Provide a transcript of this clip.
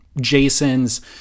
Jason's